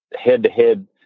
head-to-head